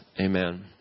Amen